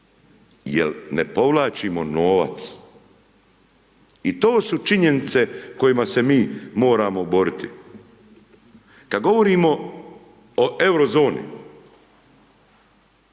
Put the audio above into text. Jer ne povlačimo novac i to su činjenice kojima se mi moramo boriti. Kad govorimo o euro zoni,